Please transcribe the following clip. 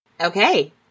Okay